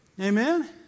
Amen